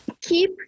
keep